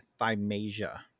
Thymasia